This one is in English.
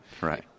right